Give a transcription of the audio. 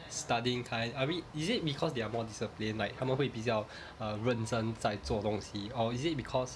studying kind are we is it because they are more disciplined like 他们会比较 uh 认真在做东西 or is it because